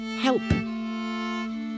Help